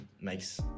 makes